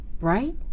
Right